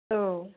औ